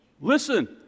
Listen